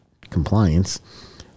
compliance